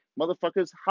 Motherfuckers